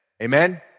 Amen